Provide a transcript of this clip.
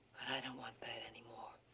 i don't want that anymore.